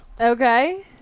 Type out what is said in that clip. Okay